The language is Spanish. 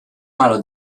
malo